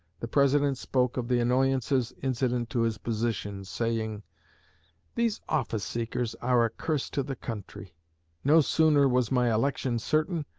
the president spoke of the annoyances incident to his position, saying these office-seekers are a curse to the country no sooner was my election certain,